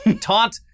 taunt